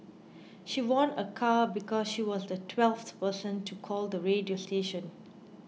she won a car because she was the twelfth person to call the radio station